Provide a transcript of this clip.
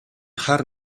хар